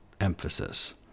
emphasis